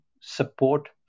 support